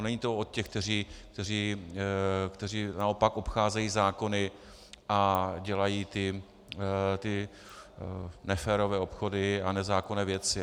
Není to o těch, kteří naopak obcházejí zákony a dělají ty neférové obchody a nezákonné věci.